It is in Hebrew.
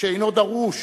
שאינו דרוש